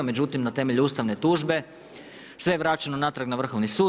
Međutim, na temelju ustavne tužbe sve je vraćeno natrag na Vrhovni sud.